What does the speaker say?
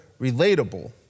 relatable